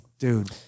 Dude